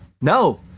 No